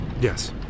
Yes